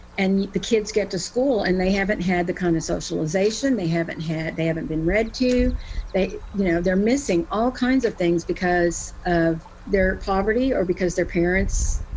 and the kids get to school and they haven't had the kind of socialization they haven't had. they haven't been read to they you know, they're missing all kinds of things because of their poverty or because their parents,